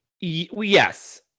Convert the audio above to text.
yes